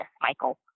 Michael